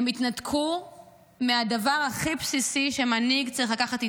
הם התנתקו מהדבר הכי בסיסי שמנהיג צריך לקחת איתו: